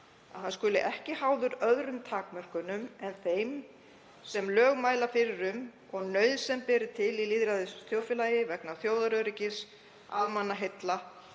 að hann skuli ekki háður öðrum takmörkunum en þeim sem lög mæla fyrir um og nauðsyn ber til í lýðræðislegu þjóðfélagi vegna þjóðaröryggis, almannaheilla